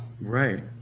Right